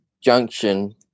junction